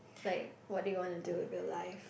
like what do wanna do with your life